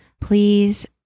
please